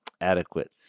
adequate